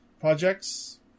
Projects